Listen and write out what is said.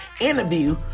interview